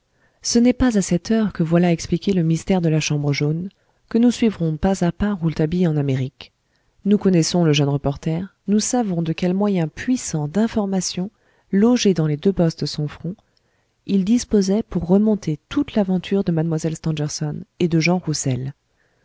ce n'est pas à cette heure que voilà expliqué le mystère de la chambre jaune que nous suivrons pas à pas rouletabille en amérique nous connaissons le jeune reporter nous savons de quels moyens puissants d'information logés dans les deux bosses de son front il disposait pour remonter toute l'aventure de mlle stangerson et de jean roussel